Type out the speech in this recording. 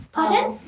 Pardon